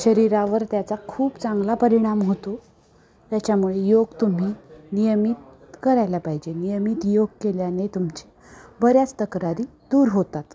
शरीरावर त्याचा खूप चांगला परिणाम होतो त्याच्यामुळे योग तुम्ही नियमित करायला पाहिजे नियमित योग केल्याने तुमच्या बऱ्याच तक्रारी दूर होतात